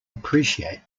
appreciate